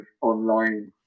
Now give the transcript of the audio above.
online